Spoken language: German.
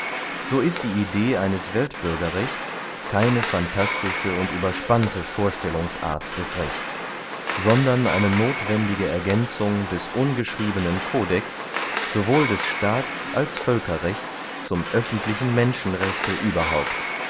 so ist die idee eines weltbürgerrechts keine phantastische und überspannte vorstellungsart des rechts sondern eine nothwendige ergänzung des ungeschriebenen codex sowohl des staats als völkerrechts zum öffentlichen menschenrechte überhaupt